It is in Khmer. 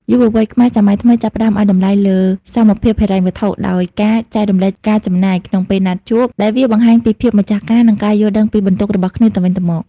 យុវវ័យខ្មែរសម័យថ្មីចាប់ផ្ដើមឱ្យតម្លៃលើ «សមភាពហិរញ្ញវត្ថុ» ដោយការចែករំលែកការចំណាយក្នុងពេលណាត់ជួប ដែលវាបង្ហាញពីភាពម្ចាស់ការ និងការយល់ដឹងពីបន្ទុករបស់គ្នាទៅវិញទៅមក។